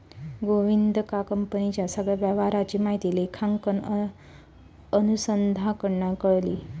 गोविंदका कंपनीच्या सगळ्या व्यवहाराची माहिती लेखांकन अनुसंधानाकडना कळली